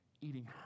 eating